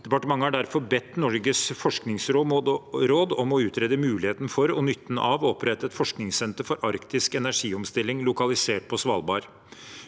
Departementet har derfor bedt Norges forskningsråd om å utrede muligheten for, og nytten av, å opprette et forskningssenter for arktisk energiomstilling lokalisert på Svalbard.